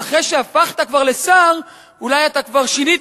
אז אחרי שהפכת כבר לשר אולי אתה כבר שינית